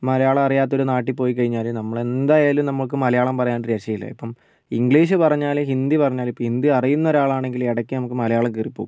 മലയാളം അറിയാത്ത ഒരു നാട്ടിൽ പോയി കഴിഞ്ഞാൽ നമ്മളെന്തായാലും നമുക്ക് മലയാളം പറയാതെ രക്ഷയില്ല ഇപ്പോൾ ഇംഗ്ലീഷ് പറഞ്ഞാലും ഹിന്ദി പറഞ്ഞാലും ഹിന്ദി അറിയുന്ന ആളാണെങ്കില് ഇടയ്ക്ക് മലയാളം കയറി പോകും